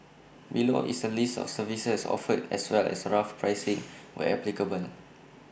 below is A list of services offered as well as rough pricing where applicable